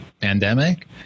pandemic